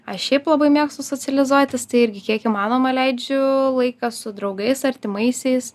aš šiaip labai mėgstu socializuotis tai irgi kiek įmanoma leidžiu laiką su draugais artimaisiais